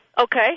Okay